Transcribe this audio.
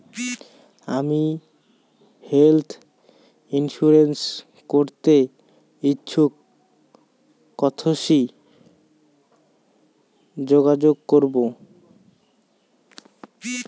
আমি health insurance করতে ইচ্ছুক কথসি যোগাযোগ করবো?